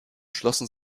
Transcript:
schlossen